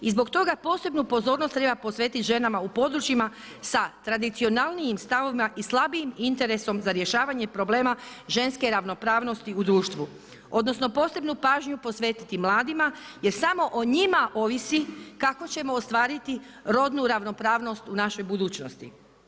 I zbog toga posebnu pozornost treba posvetiti ženama u područjima sa tradicionalnijim stavovima i slabijim interesom za rješavanje problema ženske ravnopravnosti u društvu, odnosno posebnu pažnju posvetiti mladima jer samo o njima ovisi kako ćemo ostvariti rodnu ravnopravnost u našoj budućnosti.